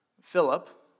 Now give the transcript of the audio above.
Philip